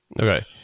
okay